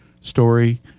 story